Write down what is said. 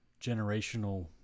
generational